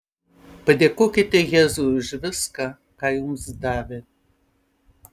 padėkokite jėzui už viską ką jums davė